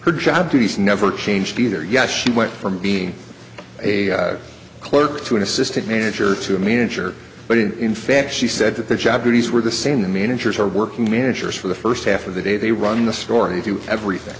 her job duties never changed either yes she went from being a clerk to an assistant manager to a manager but in fact she said that their job duties were the same the managers are working managers for the first half of the day they run the store and they do everything